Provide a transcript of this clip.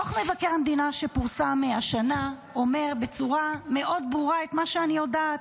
דוח מבקר המדינה שפורסם השנה אומר בצורה מאוד ברורה את מה שאני יודעת.